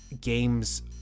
games